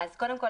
קודם כול,